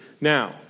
Now